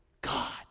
God